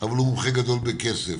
אבל הוא מומחה גדול בכסף?